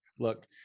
Look